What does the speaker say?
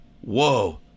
Whoa